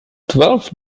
twelve